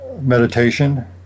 meditation